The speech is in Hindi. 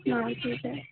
हाँ ठीक है